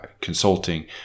consulting